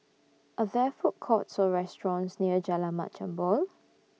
Are There Food Courts Or restaurants near Jalan Mat Jambol